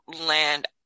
land